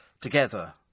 together